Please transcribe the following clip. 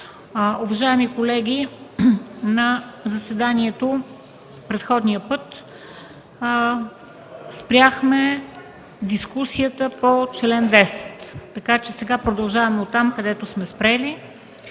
Уважаеми колеги, на заседанието предходния път спряхме дискусията по чл. 10. Сега продължаваме оттам, откъдето сме спрели